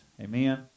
Amen